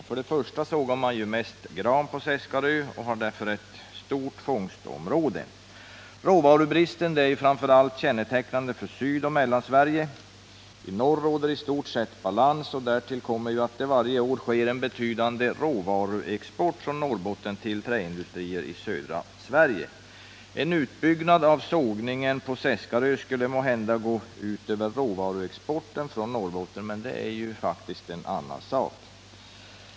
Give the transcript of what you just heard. Man sågar ju f. ö. mest gran på Seskarö och har därför stort fångstområde. Råvarubristen är framför allt kännetecknande för Sydoch Mellansverige. I norr råder i stort sett balans, och därtill kommer ju att det varje år sker en betydande råvaruexport från Norrbotten till träindustrier i södra Sverige. En utbyggnad av sågningen på Seskarö skulle måhända gå ut över råvaruexporten från Norrbotten, men det är faktiskt en annan sak.